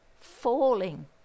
falling